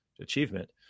achievement